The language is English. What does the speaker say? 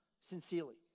Sincerely